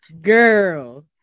girl